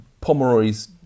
Pomeroy's